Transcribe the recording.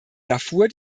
darfur